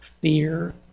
fear